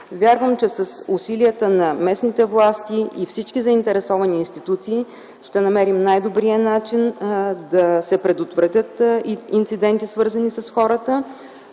Вярвам, че с усилията на местните власти и всички заинтересовани институции ще намерим най-добрия начин, за да се предотвратят инциденти, свързани с хората,